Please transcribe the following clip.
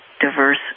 diverse